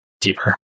deeper